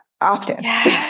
often